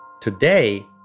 Today